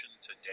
today